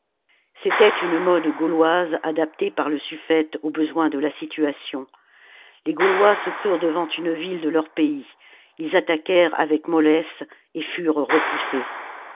c'était une mode gauloise adaptée par le suffète au besoin de la situation les gaulois se crurent devant une ville de leur pays ils attaquèrent avec mollesse et furent repoussés